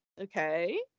okay